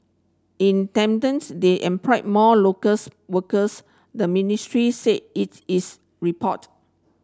in tandem's they employed more locals workers the ministry said it is report